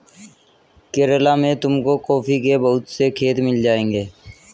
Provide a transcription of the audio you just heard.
केरला में तुमको कॉफी के बहुत से खेत मिल जाएंगे